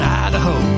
idaho